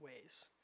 ways